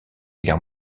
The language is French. guerre